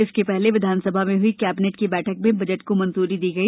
इसके पहले विधानसभा में ह्ई कैबिनेट की बैठक में बजट को मंजूरी दी गई